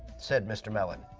said mr. melon.